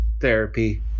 therapy